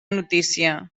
notícia